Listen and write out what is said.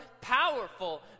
powerful